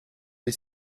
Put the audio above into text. les